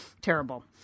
Terrible